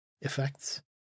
effects